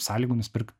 sąlygų nusipirkt